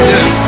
Yes